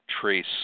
trace